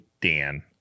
Dan